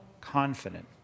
confident